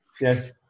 Yes